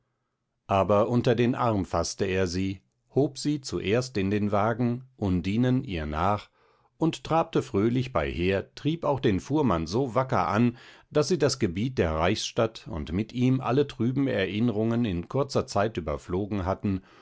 aber unter den arm faßte er sie hob sie zuerst in den wagen undinen ihr nach und trabte fröhlich beiher trieb auch den fuhrmann so wacker an daß sie das gebiet der reichsstadt und mit ihm alle trüben erinnrungen in kurzer zeit überflogen hatten